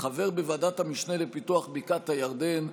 חבר בוועדת המשנה לפיתוח בקעת הירדן,